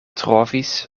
trovis